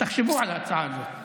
תחשבו על ההצעה הזאת.